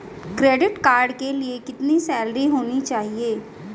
Credit card के लिए कितनी सैलरी होनी चाहिए?